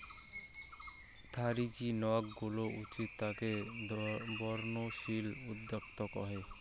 থারিগী নক গুলো উঠতি তাকে বর্ধনশীল উদ্যোক্তা কহে